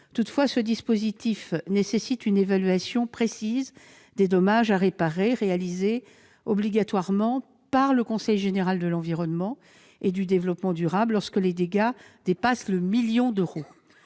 Toutefois, ce dispositif nécessite une évaluation précise des dommages à réparer, réalisée obligatoirement par le Conseil général de l'environnement et du développement durable, le CGEDD, lorsque les dégâts dépassent le million d'euros.